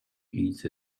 eat